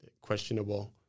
questionable